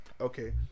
Okay